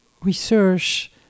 research